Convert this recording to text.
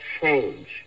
change